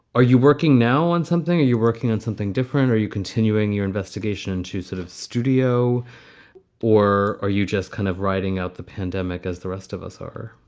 are you working now on something? are you working on something different or are you continuing your investigation to sort of studio or or you just kind of writing out the pandemic as the rest of us or